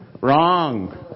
Wrong